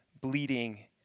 bleeding